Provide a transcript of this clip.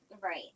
right